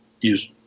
use